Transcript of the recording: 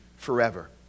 forever